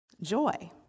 Joy